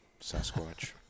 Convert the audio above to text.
Sasquatch